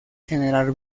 generar